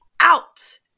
out